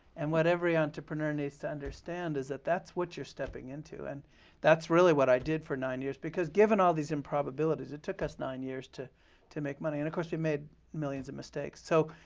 and what every entrepreneur needs to understand is that that's what you're stepping into. and that's really what i did for nine years, because, given all these improbabilities, it took us nine years to to make money. and of course we made millions of mistakes. so